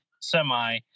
semi